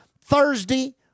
Thursday